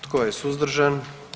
Tko je suzdržan?